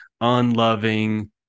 unloving